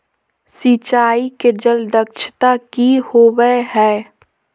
सिंचाई के जल दक्षता कि होवय हैय?